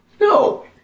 No